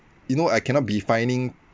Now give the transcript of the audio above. you know I cannot be finding